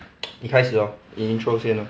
你开始 lor 你 intro 先